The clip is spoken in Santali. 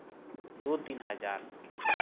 ᱫᱩ ᱼᱛᱤᱱ ᱦᱟᱡᱟᱨ